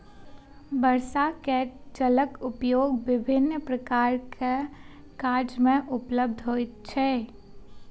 वर्षाक जलक उपयोग विभिन्न प्रकारक काज मे होइत छै